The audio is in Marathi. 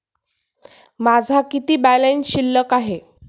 माझा किती बॅलन्स शिल्लक आहे?